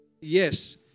yes